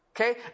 Okay